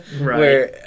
Right